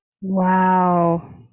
wow